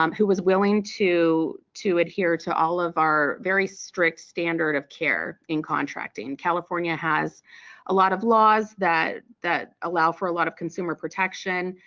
um who was willing to to adhere to all of our very strict standard of care in contracting. california has a lot of laws that that allow for a lot of consumer protection.